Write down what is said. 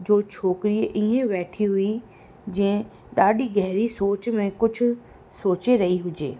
जो छोकिरी इहे वेठी हुई जीअं ॾाढी गहिरी सोच में कुझु सोचे रही हुजे